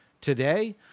today